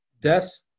death